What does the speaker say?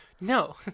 no